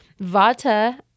vata